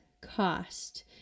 cost